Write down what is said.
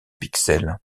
pixel